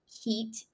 heat